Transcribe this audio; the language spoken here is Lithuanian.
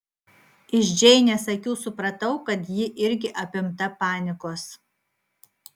iš džeinės akių supratau kad ji irgi apimta panikos